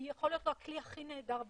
יכול להיות לו את הכלי הכי נהדר בעולם,